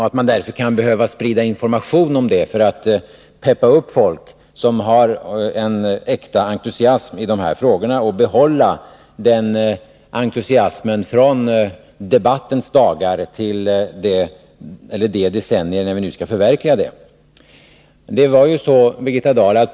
Det kan behöva spridas information om detta för att peppa upp folk som har en äkta entusiasm i de här frågorna och därmed behålla entusiasmen från debattens dagar till de decennier när vi skall förverkliga besluten.